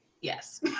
yes